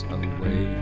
away